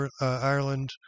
Ireland